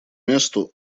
месту